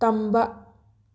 ꯇꯝꯕ